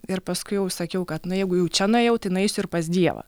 ir paskui jau sakiau kad na jeigu jau čia nuėjau tai nueisiu ir pas dievą